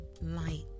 light